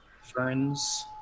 ferns